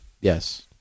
Yes